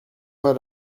pas